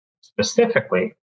specifically